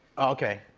okay.